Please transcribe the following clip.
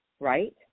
right